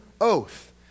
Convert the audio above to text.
oath